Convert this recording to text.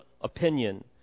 opinion